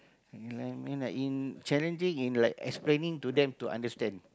like I mean like in challenging in like explaining to them to understand